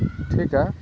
ᱴᱷᱤᱠᱟ